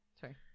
Sorry